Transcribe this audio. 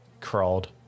crawled